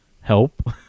help